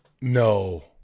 No